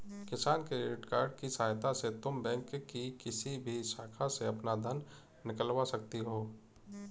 किसान credit card की सहायता से तुम बैंक की किसी भी शाखा से अपना धन निकलवा सकती हो